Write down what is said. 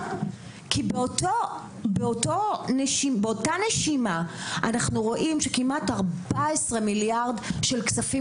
כי באותה נשימה אנחנו רואים שכמעט 14 מיליארד של כספים